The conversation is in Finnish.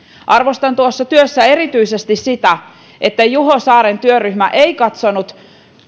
arvostan tuossa työssä erityisesti sitä että juho saaren työryhmä ei katsonut